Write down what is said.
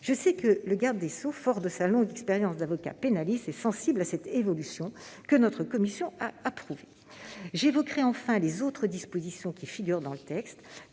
Je sais que le garde des sceaux, fort de sa longue expérience d'avocat pénaliste, est sensible à cette évolution, que notre commission a approuvée. J'évoquerai enfin les autres dispositions qui figurent dans le texte.